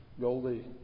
Goldie